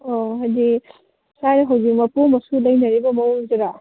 ꯑꯣ ꯍꯥꯏꯗꯤ ꯏꯁꯥꯁꯤ ꯍꯧꯖꯤꯛ ꯃꯄꯨ ꯃꯁꯨ ꯂꯩꯅꯔꯤꯕ ꯃꯑꯣꯉꯁꯤꯔꯣ